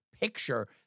picture